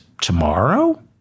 tomorrow